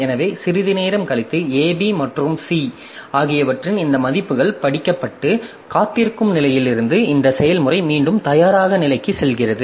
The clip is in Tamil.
எனவே சிறிது நேரம் கழித்து a b மற்றும் c ஆகியவற்றின் இந்த மதிப்புகள் படிக்கப்பட்டு காத்திருக்கும் நிலையில் இருந்து இந்த செயல்முறை மீண்டும் தயாராக நிலைக்கு செல்கிறது